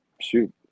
Shoot